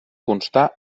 constar